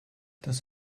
das